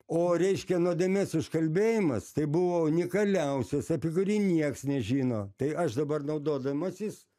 o reiškia nuodėmės užkalbėjimas tai buvo unikaliausias apie kurį nieks nežino tai aš dabar naudodamasis